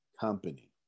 company